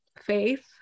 faith